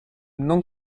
non